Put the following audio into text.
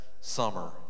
summer